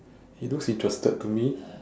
it looks interested to me